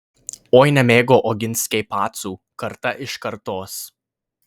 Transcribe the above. oi nemėgo oginskiai pacų karta iš kartos